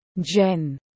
Jen